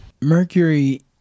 Mercury